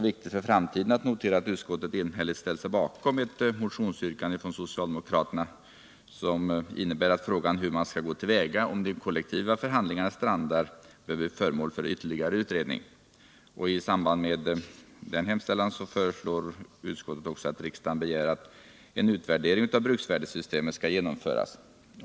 Viktigt för framtiden är att notera att utskottet enhälligt ställt sig bakom ett motionsyrkande från socialdemokraterna, som innebär att frågan om hur man skall gå tull väga ifall de kollektiva förhandlingarna strandar bör bli föremål för ytterligare utredning. I samband därmed föreslär också utskottet att riksdagen begär en utvärdering av bruksvärdessystemet.